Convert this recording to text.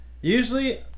usually